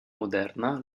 moderna